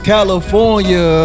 California